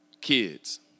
kids